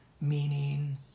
meaning